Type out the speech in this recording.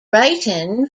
brighton